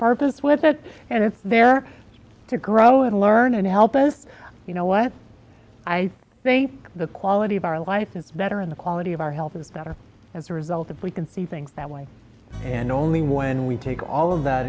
purpose with that and if they're to grow and learn and help us you know what i think the quality of our life is better in the quality of our health is better as a result that we can see things that way and only when we take all of that